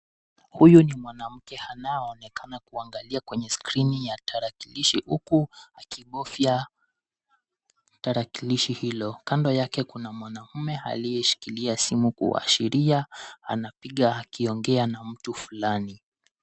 Huyu ni mwanamke anaonekana kuangalia kwenye skrini ya talakilishi uku akibovya tarakilishi hilo. Kando yake kuna mwanaume aliyeshikilia simu kuashiria anapiga akiongea na watu fulani.